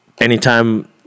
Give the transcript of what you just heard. anytime